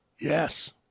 Yes